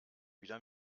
wieder